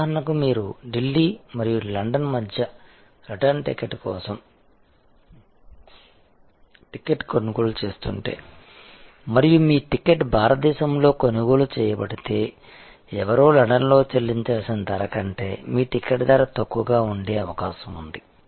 ఉదాహరణకు మీరు ఢిల్లీ మరియు లండన్ మధ్య రిటర్న్ టికెట్ కోసం టికెట్ కొనుగోలు చేస్తుంటే మరియు మీ టికెట్ భారతదేశంలో కొనుగోలు చేయబడితే ఎవరో లండన్ లో చెల్లించాల్సిన ధర కంటే మీ టికెట్ ధర తక్కువగా ఉండే అవకాశం ఉంది